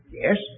yes